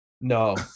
no